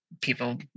people